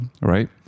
right